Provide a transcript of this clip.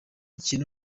ikintu